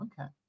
Okay